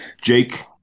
Jake